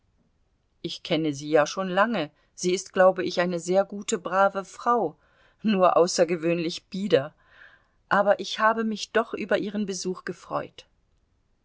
ich kenne sie ja schon lange sie ist glaube ich eine sehr gute brave frau nur außergewöhnlich bieder aber ich habe mich doch über ihren besuch gefreut